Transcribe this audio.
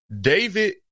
David